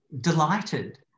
delighted